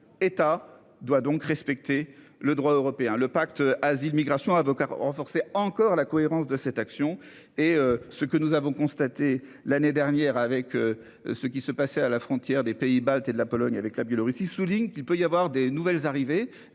État doit donc respecter le droit européen. Le pacte Asile migration avocat renforcer encore la cohérence de cette action et ce que nous avons constaté l'année dernière avec. Ce qui se passait à la frontière des pays baltes et de la Pologne avec la Biélorussie, souligne qu'il peut y avoir des nouvelles arrivées